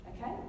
Okay